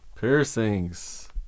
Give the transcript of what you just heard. Piercings